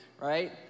right